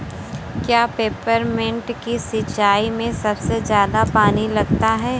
क्या पेपरमिंट की सिंचाई में सबसे ज्यादा पानी लगता है?